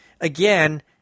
again